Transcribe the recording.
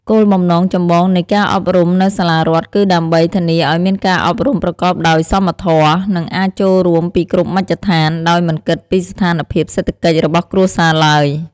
គោលបំណងចម្បងនៃការអប់រំនៅសាលារដ្ឋគឺដើម្បី ធានាឱ្យមានការអប់រំប្រកបដោយសមធម៌ និងអាចចូលរួមពីគ្រប់មជ្ឈដ្ឋាន ដោយមិនគិតពីស្ថានភាពសេដ្ឋកិច្ចរបស់គ្រួសារឡើយ។